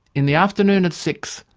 in the afternoon at six,